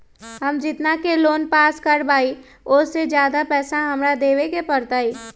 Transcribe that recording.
हम जितना के लोन पास कर बाबई ओ से ज्यादा पैसा हमरा देवे के पड़तई?